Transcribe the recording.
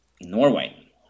Norway